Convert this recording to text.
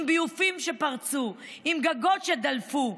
עם ביובים שפרצו ועם גגות שדלפו,